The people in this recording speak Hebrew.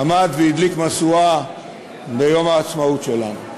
עמד והדליק משואה ביום העצמאות שלנו.